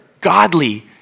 godly